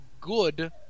good